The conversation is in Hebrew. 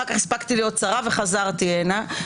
אחר כך הספקתי להיות שרה וחזרתי לכאן,